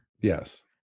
Yes